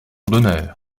d’honneur